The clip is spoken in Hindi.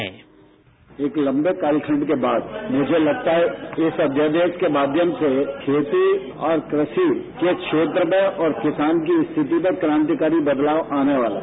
साउंड बाईट एक लंबे कालखंड के बाद मुझे लगता है इस अध्यादेश के माध्यम से खेती और कृषि के क्षेत्र में और किसान की स्थिति में क्रांतिकारी बदलाव आने वाला है